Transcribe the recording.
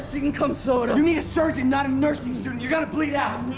she can come sew it up. you need a surgeon, not a nursing student! you're gonna bleed out!